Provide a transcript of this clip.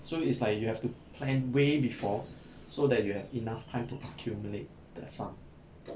so it's like you have to plan way before so that you have enough time to accumulate the sum